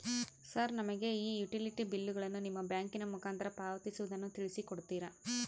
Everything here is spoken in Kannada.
ಸರ್ ನಮಗೆ ಈ ಯುಟಿಲಿಟಿ ಬಿಲ್ಲುಗಳನ್ನು ನಿಮ್ಮ ಬ್ಯಾಂಕಿನ ಮುಖಾಂತರ ಪಾವತಿಸುವುದನ್ನು ತಿಳಿಸಿ ಕೊಡ್ತೇರಾ?